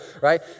right